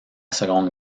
seconde